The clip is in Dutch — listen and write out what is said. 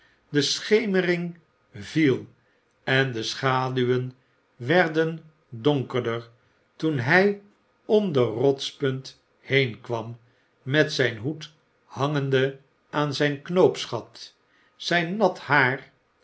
wachten deschemering viel en de schaduwen werden donkerder toen hij om het rotspunt heen kwam met zp hoed hangende aan zp knoopsgat zp nat haar